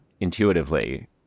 intuitively